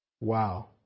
Wow